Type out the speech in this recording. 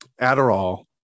Adderall